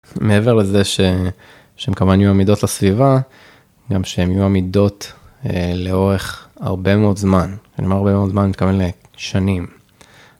מעבר לזה שהם כמובן יהיו עמידות לסביבה, גם שהם יהיו עמידות לאורך הרבה מאוד זמן. אני אומר הרבה מאוד זמן, אני מתכוון לשנים.